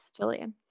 Jillian